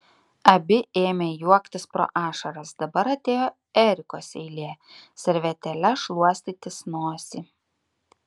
abi ėmė juoktis pro ašaras dabar atėjo erikos eilė servetėle šluostytis nosį